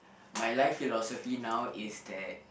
my life philosophy now is that